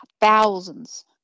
thousands